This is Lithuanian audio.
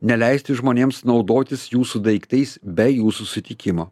neleisti žmonėms naudotis jūsų daiktais be jūsų sutikimo